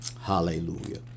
Hallelujah